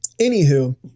anywho